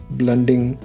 blending